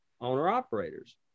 owner-operators